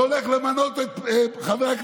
שהולך למנות את חברת